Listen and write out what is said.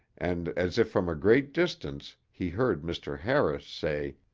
and as if from a great distance, he heard mr. harris say,